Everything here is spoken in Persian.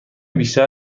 بیشتر